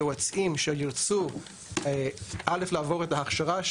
היועצים שירצו לעבור את ההכשרה,